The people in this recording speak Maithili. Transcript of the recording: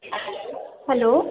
हेलो